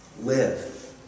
live